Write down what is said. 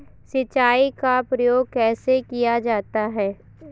सिंचाई का प्रयोग कैसे किया जाता है?